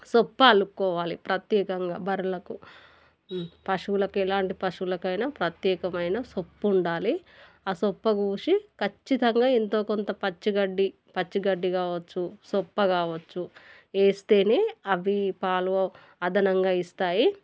చొప్ప అలుక్కోవాలి ప్రత్యేకంగా బర్రెలకు పశువులకు ఎలాంటి పశువులకైనా ప్రత్యేకమైన సొప్పు ఉండాలి ఆ చొప్ప పూసి ఖచ్చితంగా ఎంతో కొంత పచ్చి గడ్డి పచ్చి గడ్డి కావచ్చు చొప్ప కావచ్చు వేస్తేనే అవి పాలు అదనంగా ఇస్తాయి